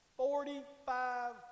forty-five